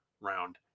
round